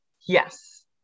yes